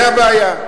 זו הבעיה.